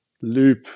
loop